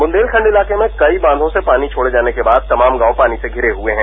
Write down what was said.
बुंदेलखंड इलाके में कई बांचों से पानी छोड़े जाने के बाद तमाम गाँव पानी से घिरे हुए हैं